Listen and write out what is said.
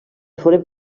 foren